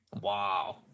Wow